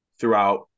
throughout